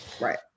Right